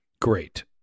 Great